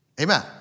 Amen